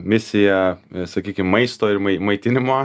misijąsakykim maisto ir maitinimo